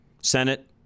Senate